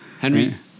Henry